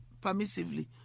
permissively